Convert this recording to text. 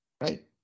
right